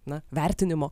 na vertinimo